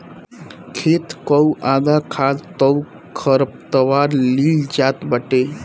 खेत कअ आधा खाद तअ खरपतवार लील जात बाटे